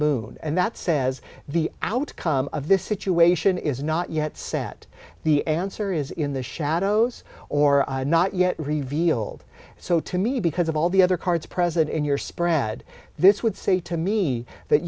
moon and that says the outcome of this situation is not yet set the answer is in the shadows or not yet revealed so to me because of all the other cards present in your spread this would say to me that